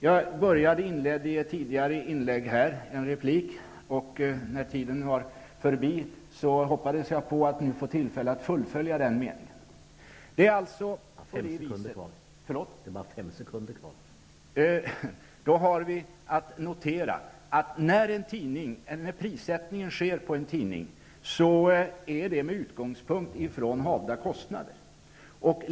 Jag började i ett tidigare inlägg på en mening, men eftersom tiden då tog slut hoppas jag att nu få tillfälle att fullfölja den formuleringen. När prissättningen sker på en tidning är det med utgångspunkt i de kostnader man har.